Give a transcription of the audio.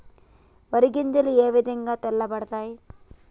వరి గింజలు ఏ విధంగా తెల్ల పడతాయి?